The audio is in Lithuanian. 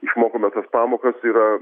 išmokome tas pamokas yra